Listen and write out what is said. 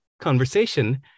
conversation